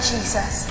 Jesus